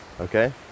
okay